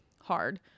hard